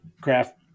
craft